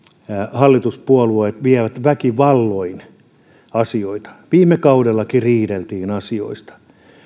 hallituspuolueet vievät väkivalloin asioita viime kaudellakin riideltiin asioista